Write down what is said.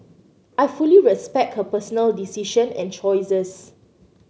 I fully respect her personal decision and choices